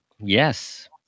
yes